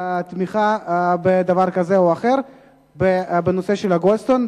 לתמיכה בדבר כזה או אחר בנושא של גולדסטון,